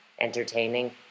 entertaining